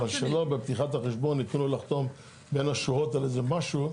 אבל שלא בפתיחת החשבון ייתנו לו לחתום בין השורות על איזה משהו.